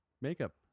makeup